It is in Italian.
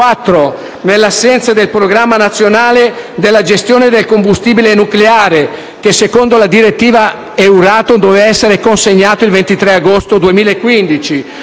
l'assenza del programma nazionale della gestione del combustibile nucleare, che secondo la direttiva Euratom doveva essere consegnato il 23 agosto 2015;